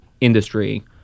industry